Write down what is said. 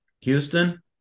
Houston